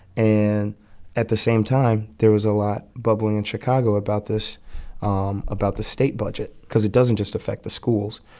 and at the same time, there was a lot bubbling in chicago about this um about the state budget because it doesn't just affect the schools,